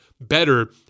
better